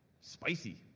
Spicy